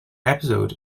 episode